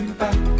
back